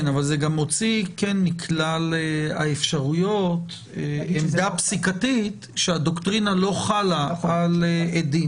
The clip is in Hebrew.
זה גם מוציא מכלל האפשרויות עמדה פסיקתית שהדוקטרינה לא חלה על עדים.